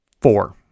Four